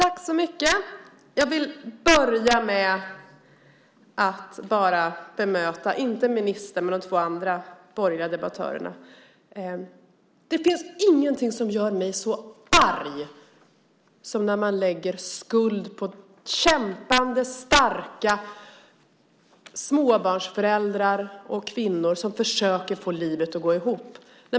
Fru talman! Jag vill börja med att bemöta de två andra borgerliga debattörerna. Det finns ingenting som gör mig så arg som när man lägger skuld på kämpande starka småbarnsföräldrar och kvinnor som försöker få livet att gå ihop.